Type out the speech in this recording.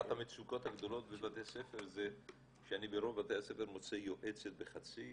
אחת המצוקות הגדולות בבתי ספר זה שאני ברוב בתי הספר מוצא יועצת בחצי